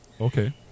Okay